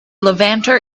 levanter